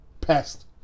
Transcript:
Pest